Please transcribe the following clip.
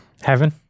heaven